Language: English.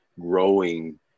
growing